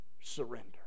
surrender